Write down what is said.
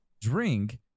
drink